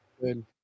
good